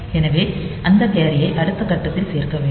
எனவே அந்த கேரியை அடுத்த கட்டத்தில் சேர்க்க வேண்டும்